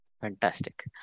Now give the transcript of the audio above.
fantastic